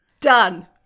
Done